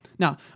Now